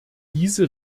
diese